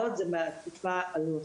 ההנחיה שכתבנו היא מהתקופה הלא רחוקה,